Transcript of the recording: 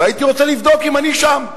והייתי רוצה לבדוק אם אני שם.